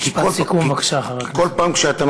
משפט סיכום, בבקשה, חבר הכנסת גואטה.